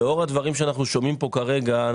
לאור הדברים שאנחנו שומעים פה כרגע,